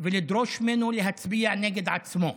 ולדרוש ממנו להצביע נגד עצמו?